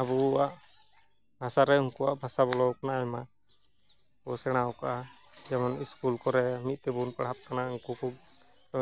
ᱟᱵᱚᱣᱟᱜ ᱵᱷᱟᱥᱟ ᱨᱮ ᱩᱱᱠᱩᱣᱟᱜ ᱵᱷᱟᱥᱟ ᱵᱚᱞᱚ ᱟᱠᱟᱱᱟ ᱟᱭᱢᱟ ᱠᱚ ᱥᱮᱬᱟ ᱠᱟᱜᱼᱟ ᱡᱮᱢᱚᱱ ᱤᱥᱠᱩᱞ ᱠᱚᱨᱮᱜ ᱢᱤᱫ ᱛᱮᱵᱚᱱ ᱯᱟᱲᱦᱟᱜ ᱠᱟᱱᱟ ᱩᱱᱠᱩ ᱠᱚ